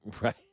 right